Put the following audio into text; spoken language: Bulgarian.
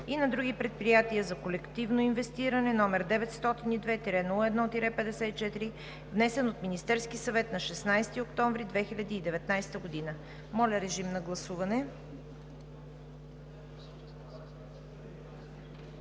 и на други предприятия за колективно инвестиране, № 902-01-54, внесен от Министерския съвет на 16 октомври 2019 г. Гласували